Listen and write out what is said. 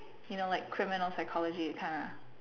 you know like criminal psychology that kinda